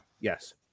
yes